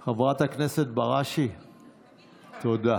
היא הייתה, חברת הכנסת בראשי, תודה.